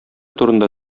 турында